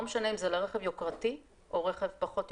משנה אם זה לרכב יוקרתי או רכב פחות יוקרתי.